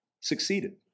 succeeded